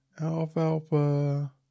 Alfalfa